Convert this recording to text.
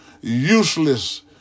useless